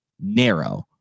narrow